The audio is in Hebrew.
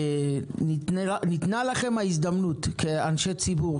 ניתנה לכם ההזדמנות כאנשי ציבור,